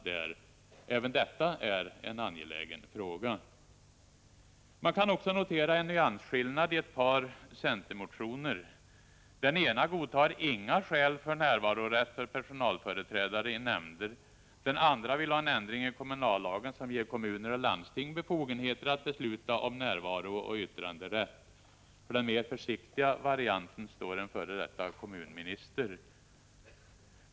1985/86:26 Även detta är en angelägen fråga. 13 november 1985 Man kan också notera en nyansskillnad i ett par centermotioner. Den ena 3 da a SA RN ärvarorätt för persogodtar inga skäl för närvarorätt för personalföreträdare i nämnder, den är IN f n z Sn : nalföreträdare i komandra vill ha en ändring i kommunallagen som ger kommuner och landsting it g ä s munala nämnder befogenheter att besluta om närvarooch yttranderätt. För den mer m.m. försiktiga varianten står en f.d. kommunminister.